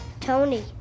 Tony